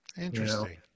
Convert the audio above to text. Interesting